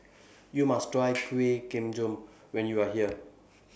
YOU must Try Kueh Kemboja when YOU Are here